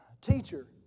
Teacher